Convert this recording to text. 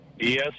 Yes